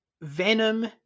Venom